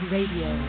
Radio